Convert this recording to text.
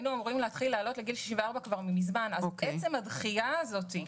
בשל הדחייה הזאת,